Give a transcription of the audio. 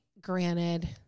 granted